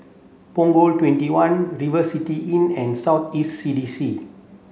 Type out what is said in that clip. Punggol twenty one River City Inn and South East C D C